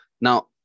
Now